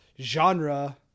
genre